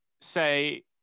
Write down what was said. say